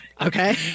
okay